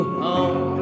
home